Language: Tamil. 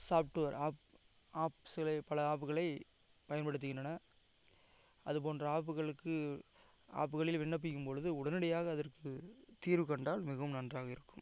சாஃப்ட்வேர் ஆப் ஆப் சில பல ஆப்புகளை பயன்படுத்துகின்றன அது போன்ற ஆப்புகளுக்கு ஆப்புகளில் விண்ணப்பிக்கும் பொழுது உடனடியாக அதற்கு தீர்வு கண்டால் மிகவும் நன்றாக இருக்கும்